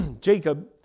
Jacob